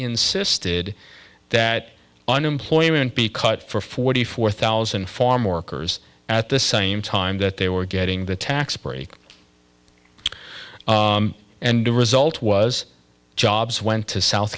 insisted that unemployment be cut for forty four thousand farm workers at the same time that they were getting the tax break and the result was jobs went to south